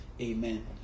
amen